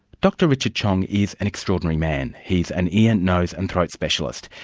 dr richard tjiong is an extraordinary man. he's an ear, nose and throat specialist.